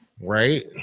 right